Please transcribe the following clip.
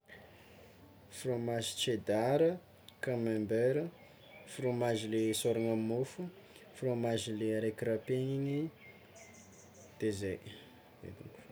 Fromage cheddar, camember, fromage le sorana mofo, fromage le araiky rapegny igny de zay.